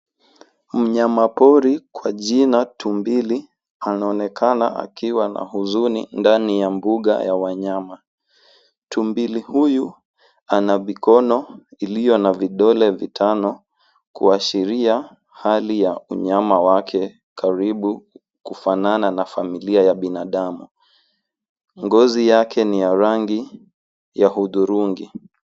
Mnyamapori kwa jina tumbili anaonekana akiwa na huzuni ndani ya mbuga ya wanyama. Tumbili huyu ana mikono iliyo na vidole vitano kuashiria hali ya unyama wake karibu kufanana na familia ya binadamu. Ngozi yake ni ya rangi ya hudhurungi.